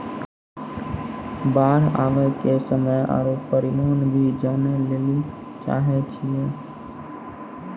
बाढ़ आवे के समय आरु परिमाण भी जाने लेली चाहेय छैय?